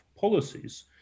policies